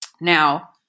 Now